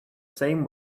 same